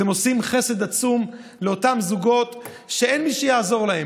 אתם עושים חסד עצום לאותם זוגות שאין מי שיעזור להם,